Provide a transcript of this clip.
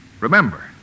Remember